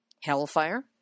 Hellfire